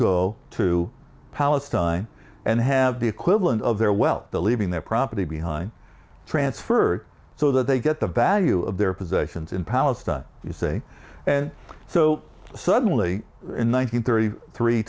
go to palestine and have the equivalent of their wealth leaving their property behind transferred so that they get the value of their possessions in palestine you say and so suddenly in one thousand thirty three